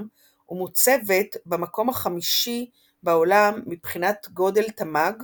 ומוצבת במקום החמישי בעולם מבחינת גודל תמ"ג